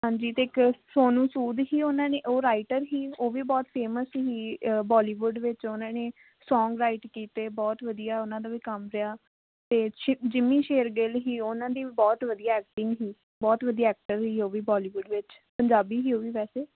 ਹਾਂਜੀ ਅਤੇ ਇੱਕ ਸੋਨੂੰ ਸੂਦ ਸੀ ਉਹਨਾਂ ਨੇ ਉਹ ਰਾਈਟਰ ਸੀ ਉਹ ਵੀ ਬਹੁਤ ਫੇਮਸ ਸੀ ਬੋਲੀਵੁੱਡ ਵਿੱਚ ਉਹਨਾਂ ਨੇ ਸੌਂਗ ਰਾਈਟ ਕੀਤੇ ਬਹੁਤ ਵਧੀਆ ਉਹਨਾਂ ਦਾ ਵੀ ਕੰਮ ਰਿਹਾ ਅਤੇ ਸ਼ਿ ਜਿੰਮੀ ਸ਼ੇਰਗਿੱਲ ਸੀ ਉਹਨਾਂ ਦੀ ਵੀ ਬਹੁਤ ਵਧੀਆ ਐਕਟਿੰਗ ਸੀ ਬਹੁਤ ਵਧੀਆ ਐਕਟਰ ਸੀਗੇ ਉਹ ਵੀ ਬੋਲੀਵੁੱਡ ਵਿੱਚ ਪੰਜਾਬੀ ਸੀ ਉਹ ਵੀ ਵੈਸੇ